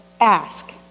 ask